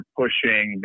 pushing